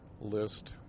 list